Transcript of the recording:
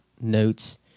notes